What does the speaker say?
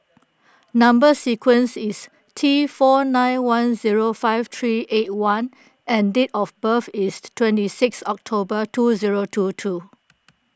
Number Sequence is T four nine one zero five three eight one and date of birth is twenty six October two zero two two